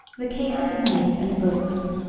the cases are made and books,